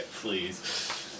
please